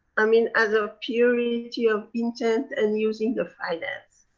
i mean as a purity of intent and using the finance.